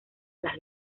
las